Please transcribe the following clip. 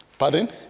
Pardon